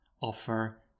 offer